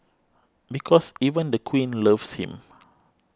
because even the Queen loves him